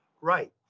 right